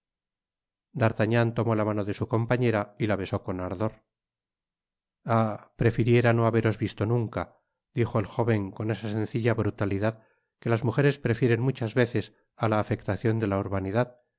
d'artagnan tomó la mano de su compañera y la besó con ardor ah prefiriera no haberos visto nunca dijo el jóven con esa sencilla brutalidad que las mujeres prefieren muchas veces á la afectacion de la urbanidad